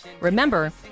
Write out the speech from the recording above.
Remember